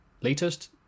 latest